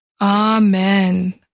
Amen